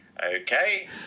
Okay